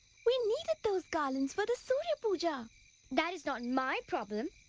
we needed those garlands for the surya-puja. that is not my problem.